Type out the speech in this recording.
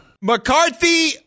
McCarthy